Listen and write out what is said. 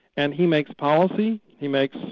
and he makes policy, he makes